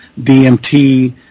DMT